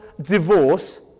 divorce